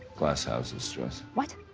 glass houses stress what?